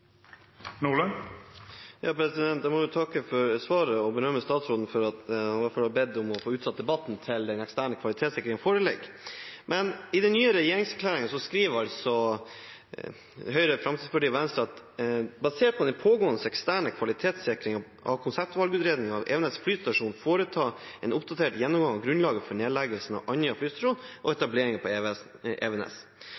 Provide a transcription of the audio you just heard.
Jeg takker for svaret og må berømme statsråden for at han har bedt om å få utsatt debatten til den eksterne kvalitetssikringen foreligger. I den nye regjeringserklæringen skriver Høyre, Fremskrittspartiet og Venstre at regjeringen vil «basert på den pågående eksterne kvalitetssikringen av konseptvalgutredningen av Evenes flystasjon, foreta en oppdatert gjennomgang av grunnlaget for nedleggelsen av Andøya flystasjon og